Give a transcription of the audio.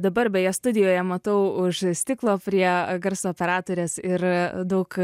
dabar beje studijoje matau už stiklo prie garso operatorės ir daug